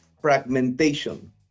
fragmentation